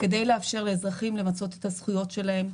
כדי לאפשר לאזרחים למצות את הזכויות שלהם,